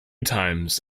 times